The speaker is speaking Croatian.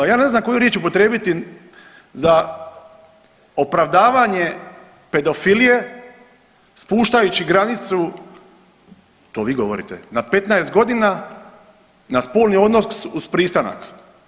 Ja ne znam koju riječ upotrijebiti za opravdavanje pedofilije spuštajući granicu to vi govorite na 15 godina, na spolni odnos uz pristanak.